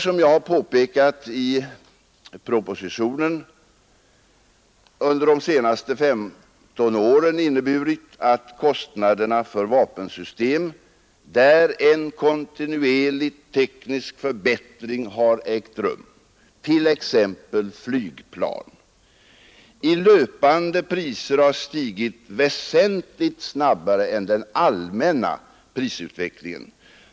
Som jag påpekat i propositionen har den under de senaste 15 åren inneburit att kostnaderna för sådana vapensystem där en kontinuerlig teknisk förbättring har ägt rum, t.ex. flygplan, i löpande priser har stigit väsentligt snabbare än andra kostnader på grund av den allmänna prisutvecklingen.